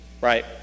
right